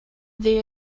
they